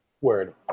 Word